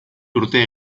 urte